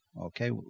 Okay